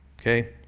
okay